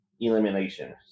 elimination